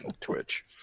Twitch